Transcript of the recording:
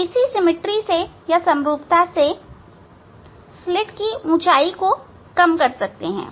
इसी सिमिट्री से स्लिट ऊंचाई को कम कर सकता हूं